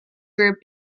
were